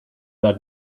that